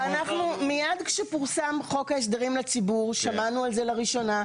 אנחנו מיד כשפורסם חוק ההסדרים לציבור שמענו על זה לראשונה.